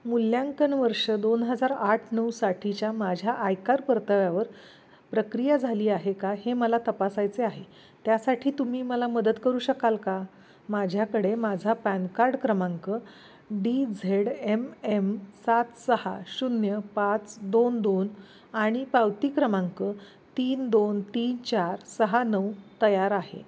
मूल्यांकन वर्ष दोन हजार आठ नऊसाठीच्या माझ्या आयकार परताव्यावर प्रक्रिया झाली आहे का हे मला तपासायचे आहे त्यासाठी तुम्ही मला मदत करू शकाल का माझ्याकडे माझा पॅन कार्ड क्रमांक डी झेड एम एम सात सहा शून्य पाच दोन दोन आणि पावती क्रमांक तीन दोन तीन चार सहा नऊ तयार आहेत